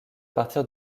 partir